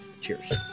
Cheers